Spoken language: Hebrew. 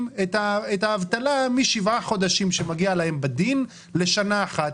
את האבטלה משבעה חודשים שמגיעים להן בדיון לשנה אחת.